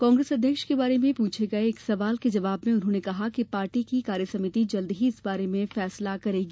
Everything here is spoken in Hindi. कांग्रेस अध्यक्ष के बारे में पूछे गये एक सवाल के जवाब में उन्हेांने कहा कि पार्टी की कार्यसमिति जल्द ही इस बारे में फैसला करेगी